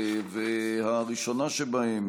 והראשונה שבהן,